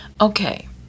Okay